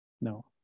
No